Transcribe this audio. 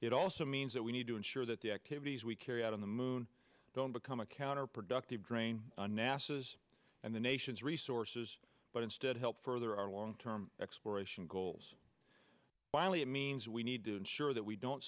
it also means that we need to ensure that the activities we carry out on the moon don't become a counterproductive drain on nasa's and the nation's resources but instead help further our long term exploration goals finally it means we need to ensure that we don't